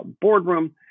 boardroom